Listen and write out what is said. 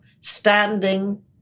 standing